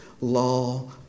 law